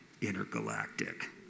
Intergalactic